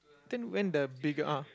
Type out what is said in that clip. then when the bigger ah